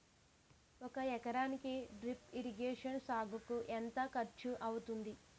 ఒక ఎకరానికి drip irrigation సాగుకు ఎంత ఖర్చు అవుతుంది?